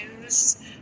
news